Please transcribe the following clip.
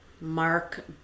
mark